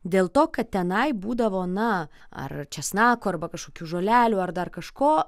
dėl to kad tenai būdavo na ar česnako arba kažkokių žolelių ar dar kažko